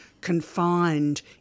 confined